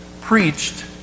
preached